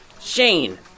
Shane